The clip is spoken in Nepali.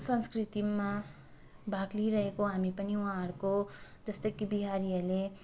संस्कृतिमा भाग लिइरहेको हामी पनि उहाँहरूको जस्तै कि बिहारीहरूले